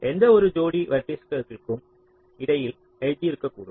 எந்தவொரு ஜோடி வெர்ட்டிஸஸ்களுக்கும் இடையில் எட்ஜ் இருக்கக்கூடும்